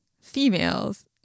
females